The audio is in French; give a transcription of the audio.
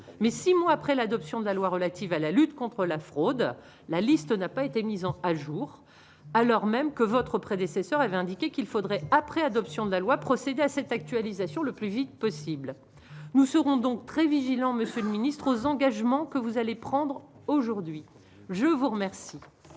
mais 6 mois après l'adoption de la loi relative à la lutte contre la fraude, la liste n'a pas été mise en à jour alors même que votre prédécesseur avait indiqué qu'il faudrait après adoption de la loi procéder à cette actualisation le plus vite possible, nous serons donc très vigilants, monsieur le Ministre aux engagements que vous allez prendre, aujourd'hui, je vous remercie.